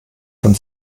von